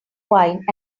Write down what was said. wine